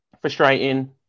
frustrating